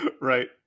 Right